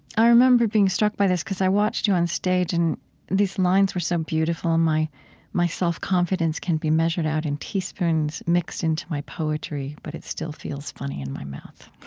i remember being struck by this because i watched you on stage and these lines were so beautiful my my self-confidence can be measured out in teaspoons mixed into my poetry, but it still feels funny in my mouth.